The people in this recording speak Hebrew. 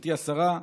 גברתי השרה,